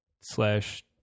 slash